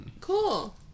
Cool